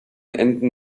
enden